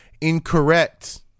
Incorrect